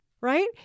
right